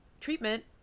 treatment